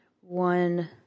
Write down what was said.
one